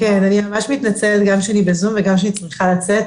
אני ממש מתנצלת גם שאני בזום וגם שאני צריכה לצאת,